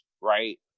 right